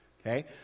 Okay